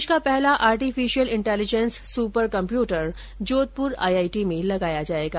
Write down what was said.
देश का पहला artificial intelligence super computer Jodhpur IIT में लगाया जाएगा